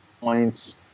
points